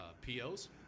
POs